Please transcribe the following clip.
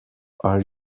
are